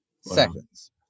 seconds